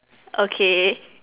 okay